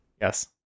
Yes